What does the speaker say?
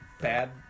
Bad